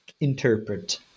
interpret